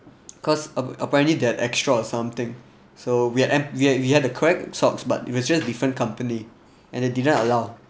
cause apparently they've extra or something so we had am~ we we had the correct socks but if it's just different company and they didn't allow